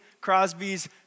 Crosby's